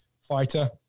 fighter